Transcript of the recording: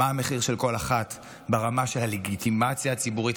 מה המחיר של כל אחת ברמה של הלגיטימציה הציבורית,